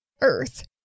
earth